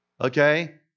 Okay